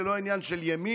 זה לא עניין של ימין